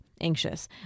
anxious